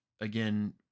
again